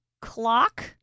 Clock